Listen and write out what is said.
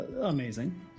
amazing